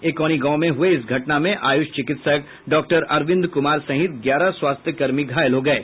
एकौनी गांव में हुए इस घटना में आयुष चिकित्सक डॉक्टर अरविंद कुमार सहित ग्यारह स्वास्थ्य कर्मी घायल हो गये